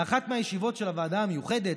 באחת מהישיבות של הוועדה המיוחדת,